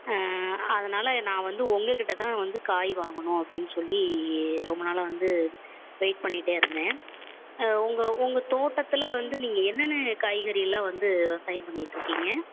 அதனால் நான் வந்து உங்கக் கிட்டே தான் வந்து காய் வாங்கணும் அப்படின்னு சொல்லி ரொம்ப நாளாக வந்து வெயிட் பண்ணிக்கிட்டே இருந்தேன் உங்க உங்க தோட்டத்தில் வந்து நீங்கள் என்னென்ன காய்கறியெலாம் வந்து விவசாயம் பண்ணிகிட்ருக்கீங்க